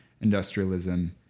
industrialism